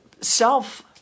self